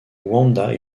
wanda